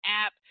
app